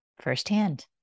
firsthand